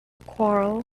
quarrel